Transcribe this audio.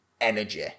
energy